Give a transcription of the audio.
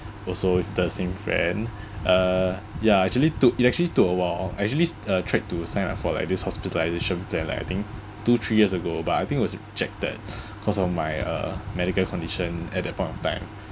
also with the same friend uh ya actually took it actually took a while I actually uh tried to sign up for like this hospitalisation plan like I think two three years ago but I think it was rejected because of my uh medical condition at that point of time